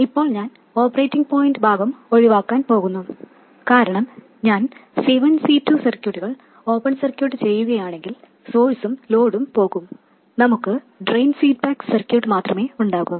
ഇപ്പോൾ ഞാൻ operating point ഭാഗം ഒഴിവാക്കാൻ പോകുന്നു കാരണം ഞാൻ C1 C2 സർക്യൂട്ടുകൾ ഓപ്പൺ സർക്യൂട്ട് ചെയ്യുകയാണെങ്കിൽ സോഴ്സും ലോഡും പോകും നമുക്ക് ഡ്രെയിൻ ഫീഡ്ബാക്ക് സർക്യൂട്ട് മാത്രമേ ഉണ്ടാകൂ